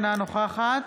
אינה נוכחת